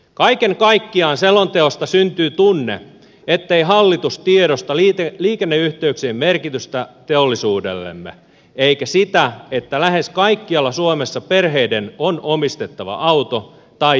kaiken kaikkiaan selonteosta syntyy tunne ettei hallitus tiedosta liikenneyhteyksien merkitystä teollisuudellemme eikä sitä että lähes kaikkialla suomessa perheiden on omistettava auto tai jopa kaksi